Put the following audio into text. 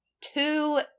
two